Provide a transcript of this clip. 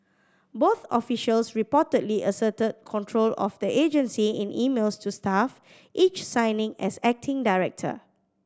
both officials reportedly asserted control of the agency in emails to staff each signing as acting director